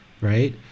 right